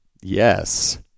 Yes